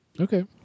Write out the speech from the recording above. Okay